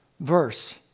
verse